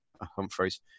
Humphreys